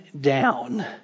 Down